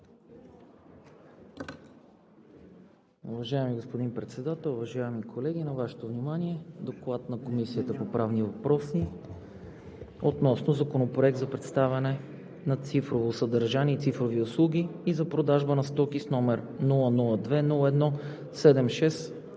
Уважаеми господин Председател, уважаеми колеги! Представям на Вашето внимание: „ДОКЛАД на Комисията по правни въпроси относно Законопроект за предоставяне на цифрово съдържание и цифрови услуги и за продажба на стоки, № 002-01-76,